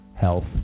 health